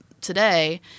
today